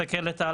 מסתכלת,